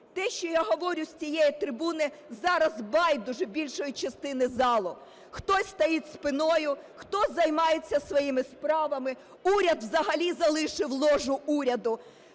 те, що я говорю з цієї трибуни, зараз байдуже більшій частині залу. Хтось стоїть спиною, хтось займається своїми справами, уряд взагалі залишив ложу уряду.